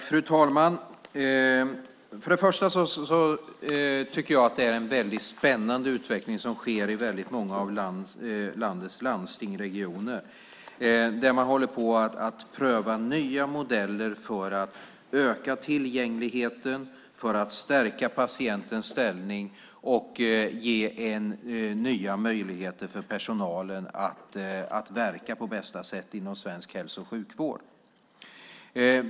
Fru talman! För det första tycker jag att det är en väldigt spännande utveckling som sker i väldigt många av landets landsting och regioner, där man håller på att pröva nya modeller för att öka tillgängligheten för att stärka patientens ställning och ge nya möjligheter för personalen att verka på bästa sätt inom svensk hälso och sjukvård.